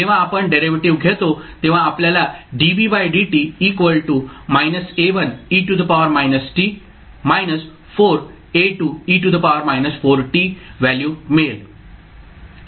जेव्हा आपण डेरिव्हेटिव्ह् घेतो तेव्हा आपल्याला व्हॅल्यू मिळेल